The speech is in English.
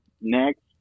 next